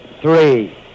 three